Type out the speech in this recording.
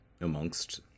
amongst